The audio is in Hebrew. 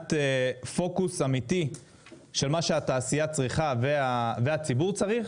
מבחינת פוקוס אמיתי של מה שהתעשייה צריכה והציבור צריך